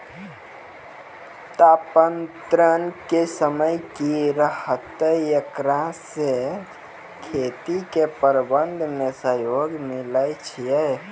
तापान्तर के समय की रहतै एकरा से खेती के प्रबंधन मे सहयोग मिलैय छैय?